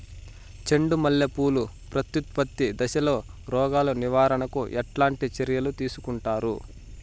చెండు మల్లె పూలు ప్రత్యుత్పత్తి దశలో రోగాలు నివారణకు ఎట్లాంటి చర్యలు తీసుకుంటారు?